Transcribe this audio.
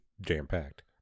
jam-packed